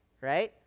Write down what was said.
right